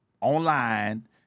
online